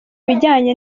bijyanye